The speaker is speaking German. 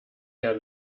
herr